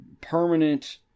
permanent